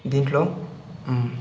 దీంట్లో